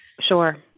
Sure